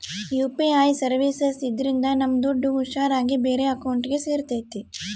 UPI services ಇದ್ರಿಂದ ನಮ್ ದುಡ್ಡು ಹುಷಾರ್ ಆಗಿ ಬೇರೆ ಅಕೌಂಟ್ಗೆ ಸೇರ್ತೈತಿ